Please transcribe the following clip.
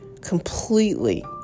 completely